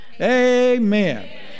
Amen